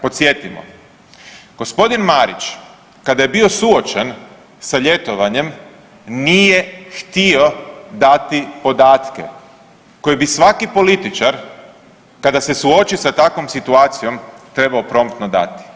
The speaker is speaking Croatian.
Podsjetimo, g. Marić kada je bio suočen sa ljetovanjem nije htio dati podatke koje bi svaki političar kada se suoči sa takvom situacijom trebao promptno dati.